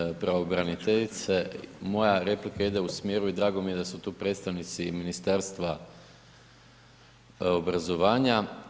Kolegice pravobraniteljice, moja replika ide u smjeru i drago mi je da su tu predstavnici i Ministarstva obrazovanja.